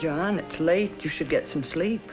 john blake you should get some sleep